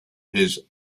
his